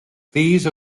these